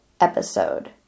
episode